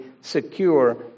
Secure